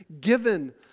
given